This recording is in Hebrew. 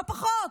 לא פחות,